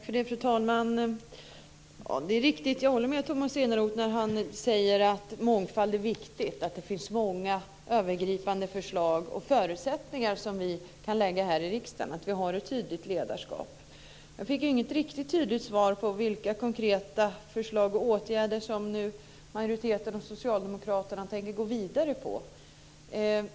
Fru talman! Jag håller med Tomas Eneroth när han säger att mångfald är viktigt och att det finns många övergripande förslag och förutsättningar som vi här i riksdagen kan ta fram. Det är viktigt att vi har ett tydligt ledarskap. Jag fick inget riktigt tydligt svar på vilka konkreta förslag till åtgärder som majoriteten och Socialdemokraterna tänker gå vidare med.